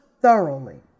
thoroughly